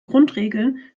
grundregeln